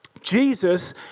Jesus